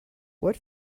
what